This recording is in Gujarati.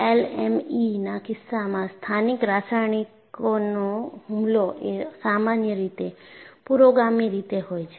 એલએમઈ ના કિસ્સામાં સ્થાનિક રાસાયણિકનો હુમલો એ સામાન્ય રીતે પુરોગામી તરીકે હોય છે